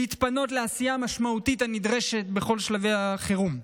להתפנות לעשייה המשמעותית שנדרשת בכל שלבי החירום.